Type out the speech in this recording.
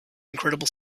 incredible